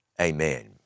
Amen